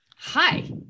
Hi